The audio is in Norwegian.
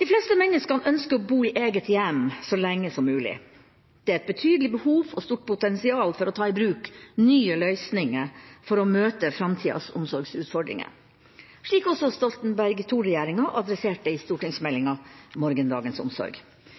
De fleste mennesker ønsker å bo i eget hjem så lenge som mulig. Det er et betydelig behov og et stort potensial for å ta i bruk nye løsninger for å møte framtidas omsorgsutfordringer – slik også Stoltenberg II-regjeringa adresserte i stortingsmeldinga Morgendagens omsorg.